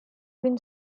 been